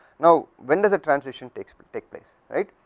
now when does thetransition takes take place right,